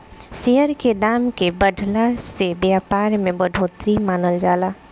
share के दाम के बढ़ला से व्यापार में बढ़ोतरी मानल जाला